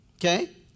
Okay